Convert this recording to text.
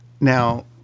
Now